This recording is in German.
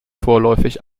vorläufig